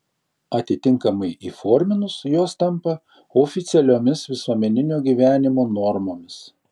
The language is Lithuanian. atitinkamai įforminus jos tampa oficialiomis visuomeninio gyvenimo normomis